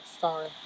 sorry